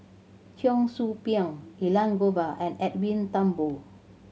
Cheong Soo Pieng Elangovan and Edwin Thumboo